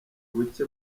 buke